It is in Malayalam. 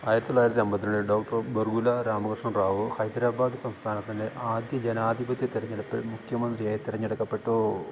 ആയിരത്തിത്തൊള്ളായിരത്തി അമ്പത്തിരണ്ടില് ഡോക്ടര് ബർഗുല രാമകൃഷ്ണറാവു ഹൈദരാബാദ് സംസ്ഥാനത്തിൻറ്റെ ആദ്യ ജനാധിപത്യ തെരഞ്ഞെടുപ്പിൽ മുഖ്യമന്ത്രിയായി തെരഞ്ഞെടുക്കപ്പെട്ടൂ